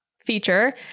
feature